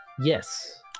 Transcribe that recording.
Yes